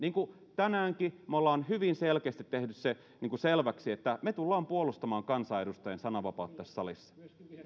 tänäänkin me olemme hyvin selkeästi tehneet sen selväksi että me tulemme puolustamaan kansanedustajien sananvapautta tässä salissa